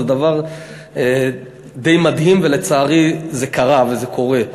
זה דבר די מדהים, ולצערי זה קרה וזה קורה.